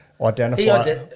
identify